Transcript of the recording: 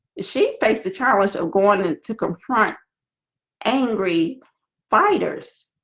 she faced the challenge of going in to confront angry fighters,